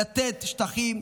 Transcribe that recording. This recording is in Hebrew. לתת שטחים,